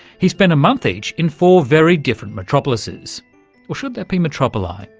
he spent a month each in four very different metropolises, or should that be metropoli?